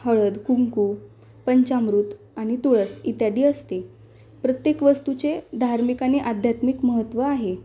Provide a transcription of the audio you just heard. हळद कुंकू पंचामृत आणि तुळस इत्यादी असते प्रत्येक वस्तूचे धार्मिक आणि आध्यात्मिक महत्त्व आहे